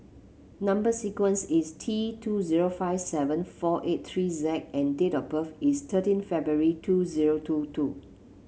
number sequence is T two zero five seven four eight three Z and date of birth is thirteen February two zero two two